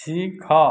ଶିଖ